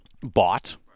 bought